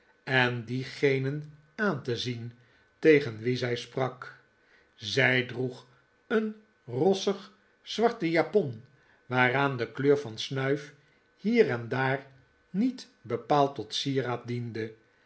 en diegenen aan te zien tegen wie zij sprak zij droeg een rossig zwarte japon waaraan de kleur van snuif hier en daar niet bepaald tot sieraad diende